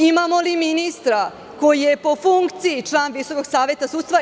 Imamo li ministra koji je po funkciji član Visokog saveta sudstva?